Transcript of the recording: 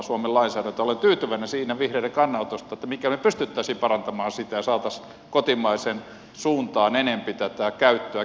olen tyytyväinen siinä vihreiden kannanotosta mitenkä me pystyisimme parantamaan sitä ja saataisiin kotimaisen suuntaan enempi tätä käyttöä kivihiilen sijasta